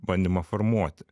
bandymą formuoti